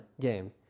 game